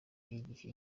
igihe